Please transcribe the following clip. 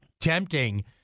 tempting